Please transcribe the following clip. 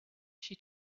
she